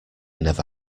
never